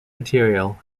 material